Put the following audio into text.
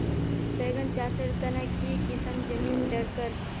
बैगन चासेर तने की किसम जमीन डरकर?